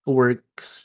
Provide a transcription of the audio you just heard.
works